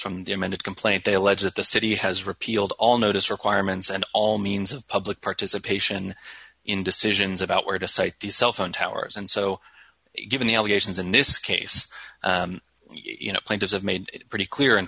from the amended complaint they allege that the city has repealed all notice requirements and all means of public participation in decisions about where to site the cellphone towers and so given the allegations in this case you know plaintiffs have made pretty clear in